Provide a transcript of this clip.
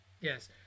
yes